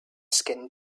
skin